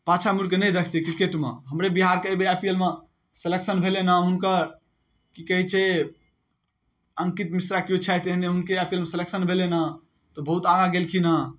पाछाँ मुड़िकऽ नहि देखतै क्रिकेटमे हमरे बिहारके अइबेर आई पी एल मे सिलेक्शन भेलैन हँ हुनकर की कहै छै अंकित मिश्रा केओ छथि एहने हुनकर आई पी एल मे सिलेक्शन भेलैन हँ तऽ बहुत आगाँ गेलखिन हँ